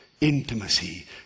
intimacy